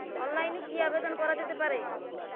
অফলাইনে কি আবেদন করা যেতে পারে?